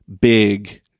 big